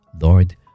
Lord